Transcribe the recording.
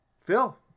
Phil